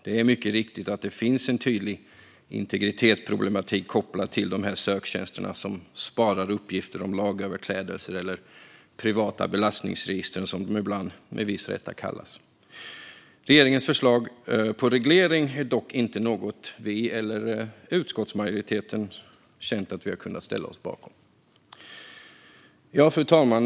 Det är mycket riktigt att det finns en tydlig integritetsproblematik kopplad till de här söktjänsterna, som sparar uppgifter om lagöverträdelser, eller de privata belastningsregistren, som de ibland - med viss rätt - kallas. Regeringens förslag på reglering är dock inte något som vi eller utskottsmajoriteten har känt att vi har kunnat ställa oss bakom. Fru talman!